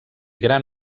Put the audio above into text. gran